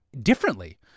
differently